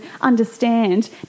understand